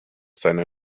seiner